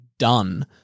Done